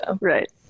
Right